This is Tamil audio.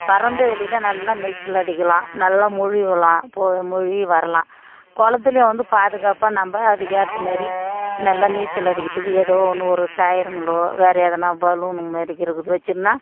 பறந்தவெளியில நல்லா நீச்சல் அடிக்கலாம் நல்லா முழுகலாம் போ முழிகி வரலாம் குளத்துலையும் வந்து பாதுகாப்பாக நம்ப அதுக்கு ஏத்தமாரி நல்லா நீச்சல் அடிக்கிறத்துக்கு ஏதோ ஒன்று ஒரு டயருங்களோ வேறு எதனா பலூன்னு மாரி இருக்கிறது வச்சுருன்னா